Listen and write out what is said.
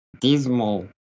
Dismal